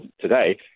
today